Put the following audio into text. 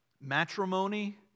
Matrimony